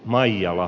maijala